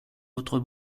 votre